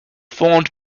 formed